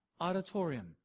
Auditorium